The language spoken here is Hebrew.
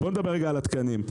בוא נדבר על התקנים.